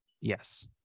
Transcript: Yes